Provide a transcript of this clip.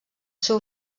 seu